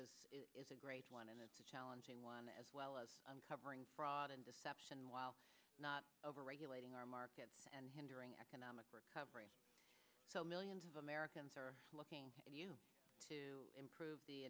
markets is a great one and it's a challenging one as well as uncovering fraud and deception while not over regulating our markets and hindering economic recovery so millions of americans are looking to you to improve the